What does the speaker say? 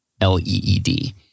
L-E-E-D